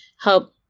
help